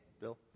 Bill